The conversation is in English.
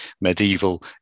medieval